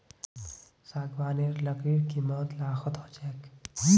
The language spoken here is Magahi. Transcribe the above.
सागवानेर लकड़ीर कीमत लाखत ह छेक